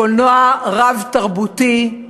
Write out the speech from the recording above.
לקולנוע רב-תרבותי,